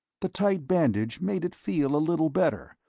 the tight bandage made it feel a little better,